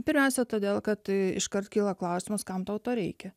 pirmiausia todėl kad iškart kyla klausimas kam tau to reikia